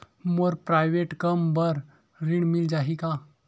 मोर private कम बर ऋण मिल जाही का?